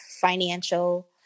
financial